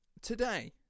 Today